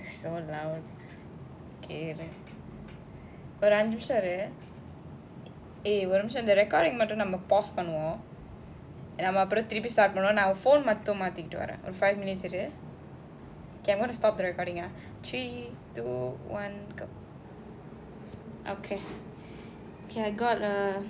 so now okay then but ஒருஅஞ்சுநிமிஷம்இரு:oru anju nimisam iru eh இந்த:indha recording மட்டும்நம்ம:mattum namma pause பண்ணுவோம்:pannuvom five minutes இரு:iru okay I'm gonna stop the recording ah three to one go okay okay I got a